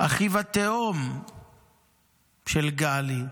אחיו התאום של גלי,